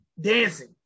dancing